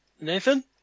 Nathan